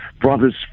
brother's